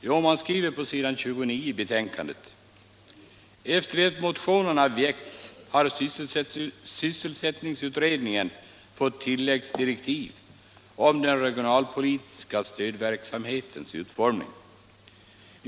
Jo, man skriver på s. 29 i betänkandet: ”Efter det motionerna väcktes har sysselsättningsutredningen fått tillläggsdirektiv om den regionalpolitiska stödverksamhetens utformning.